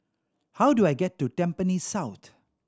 how do I get to Tampines South